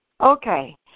Okay